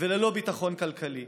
וללא ביטחון כלכלי.